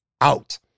out